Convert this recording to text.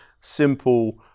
simple